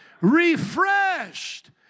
Refreshed